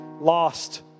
lost